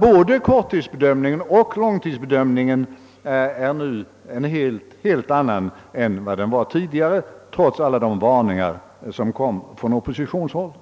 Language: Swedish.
Både korttidsbedömningen och långtidsbedömningen är alltså nu en helt annan än den på regeringshåll var tidigare, trots alla de varningar som då uttalades från oppositionshåll.